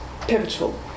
pivotal